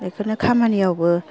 बेफोरनो खामानियावबो